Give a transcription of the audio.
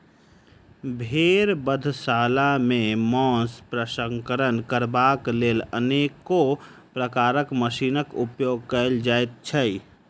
भेंड़ बधशाला मे मौंस प्रसंस्करण करबाक लेल अनेको प्रकारक मशीनक उपयोग कयल जाइत छै